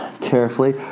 carefully